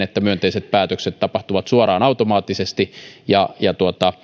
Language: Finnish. että myönteiset päätökset tapahtuvat suoraan automaattisesti ja ja